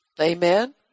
Amen